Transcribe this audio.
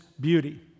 beauty